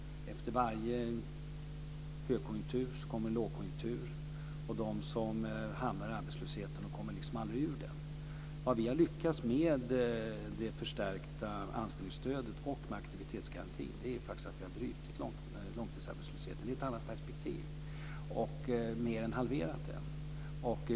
Efter varje högkonjunktur så kommer en lågkonjunktur. Och de som hamnar i arbetslösheten kommer liksom aldrig ur den. Vad vi har lyckats med genom det förstärkta anställningsstödet och aktivitetsgarantin är att vi faktiskt har brutit långtidsarbetslösheten - det är ett annat perspektiv - och mer än halverat den.